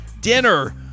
dinner